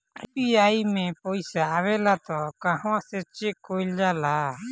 UPI मे पइसा आबेला त कहवा से चेक कईल जाला?